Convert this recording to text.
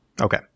Okay